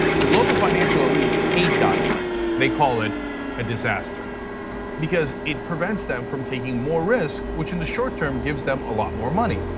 the global financial elites hate dodd-frank, they call it a disaster because it prevents them from taking more risk which in the short term gives them a lot more money.